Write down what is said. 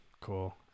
Cool